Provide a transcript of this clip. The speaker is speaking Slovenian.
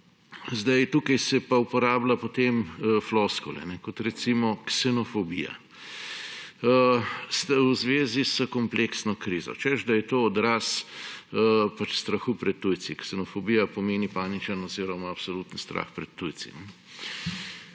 Tukaj se pa uporablja potem floskule, kot recimo ksenofobija v zvezi s kompleksno krizo, češ da je to odraz pač strahu pred tujci. Ksenofobija pomeni paničen oziroma absolutni strah pred tujci.